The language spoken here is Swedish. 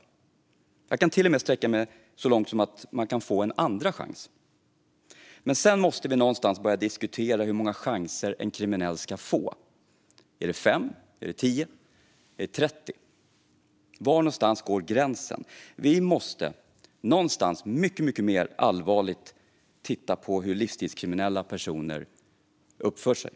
Jag kan till och med sträcka mig så långt som att man kan få en andra chans. Men sedan måste vi någonstans börja diskutera hur många chanser en kriminell ska få. Är det 5, 10 eller 30? Var går gränsen? Vi måste titta mycket mer allvarligt på hur livsstilskriminella personer uppför sig.